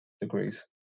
degrees